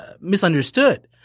misunderstood